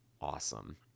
Awesome